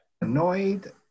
annoyed